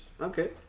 Okay